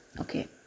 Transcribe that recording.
Okay